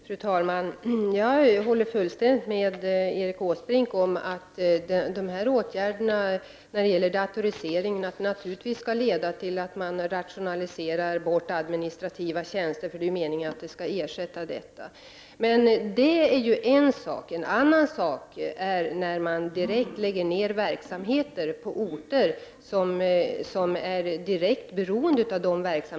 Fru talman! Jag håller fullständigt med statsrådet Åsbrink om att datoriseringen naturligtvis skall leda till att administrativa tjänster rationaliseras bort. Det är en sak. En annan sak är att lägga ned verksamheter på orter som är direkt beroende av dessa.